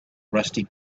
rusty